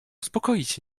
uspokoić